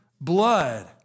blood